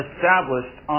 Established